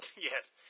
Yes